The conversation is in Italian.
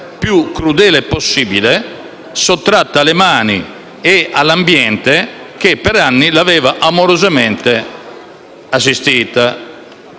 Grazie